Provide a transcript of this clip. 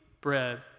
bread